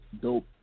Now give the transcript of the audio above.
dope